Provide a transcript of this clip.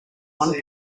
one